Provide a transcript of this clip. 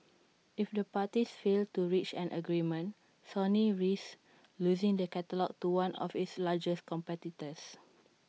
if the parties fail to reach an agreement Sony risks losing the catalogue to one of its largest competitors